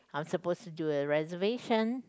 I'm supposed to do a reservation